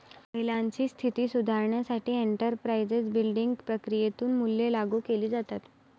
महिलांची स्थिती सुधारण्यासाठी एंटरप्राइझ बिल्डिंग प्रक्रियेतून मूल्ये लागू केली जातात